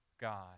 God